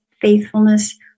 faithfulness